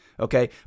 Okay